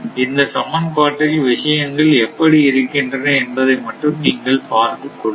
இந்த சமன்பாட்டில் விஷயங்கள் எப்படி இருக்கின்றன என்பதை மட்டும் நீங்கள் பார்த்துக் கொள்ளுங்கள்